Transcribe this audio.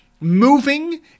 moving